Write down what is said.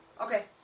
Okay